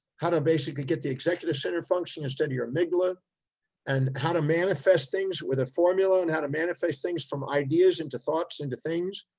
how to basically get the executive center functioning instead of your amygdala and how to manifest things with a formula and how to manifest things from ideas, into thoughts, into things.